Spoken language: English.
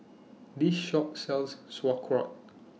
This Shop sells Sauerkraut